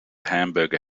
hamburger